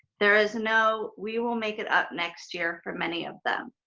there is no, we will make it up next year for many of them.